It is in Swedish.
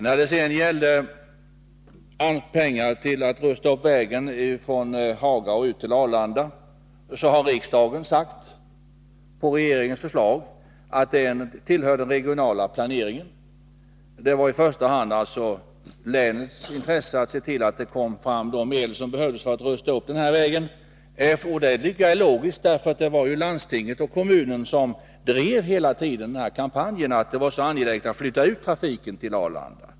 För det andra: När det gällde AMS-pengar för att rusta upp vägen från Haga ut till Arlanda har riksdagen sagt — på regeringens förslag — att det tillhör den regionala planeringen, dvs. att det i första hand ligger i länets intresse att se till att anslå medel som behövs för att rusta upp vägen. Jag tycker att det är logiskt. Det var ju landstinget och kommunen som hela tiden drev kampanjen och anförde att det var angeläget att flytta ut flygtrafiken till Arlanda.